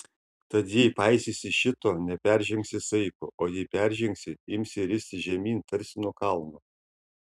tad jei paisysi šito neperžengsi saiko o jei peržengsi imsi ristis žemyn tarsi nuo kalno